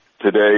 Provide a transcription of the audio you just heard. today